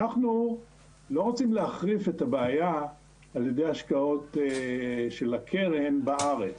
אנחנו לא רוצים להחריף את הבעיה על ידי ההשקעות של הקרן בארץ,